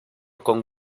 con